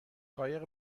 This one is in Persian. قایق